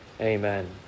amen